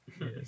yes